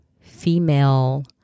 female